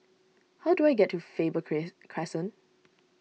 how do I get to Faber Crescent